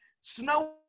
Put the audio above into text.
Snow